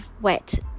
wet